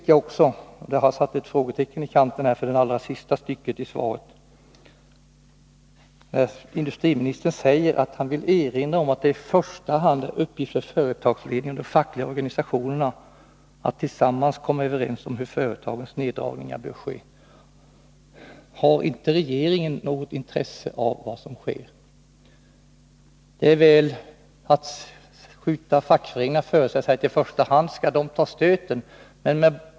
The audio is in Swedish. Jag har satt ett frågetecken i kanten för det allra sista stycket i svaret. Industriministern säger att han vill ”erinra om att det i första hand är en uppgift för företagsledningen och de fackliga organisationerna att tillsammans komma överens om hur företagens neddragningar bör ske”. Har inte regeringen något intresse av vad som sker? Det är att skjuta fackföreningarna framför sig — i första hand skall de ta stöten.